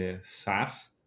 SaaS